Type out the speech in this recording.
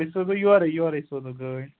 تیٚلہِ سوزوٕ یوٚرے یوٚرے سوزو گٲڑۍ